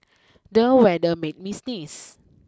the weather made me sneeze